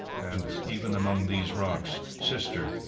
and even among these rocks sister,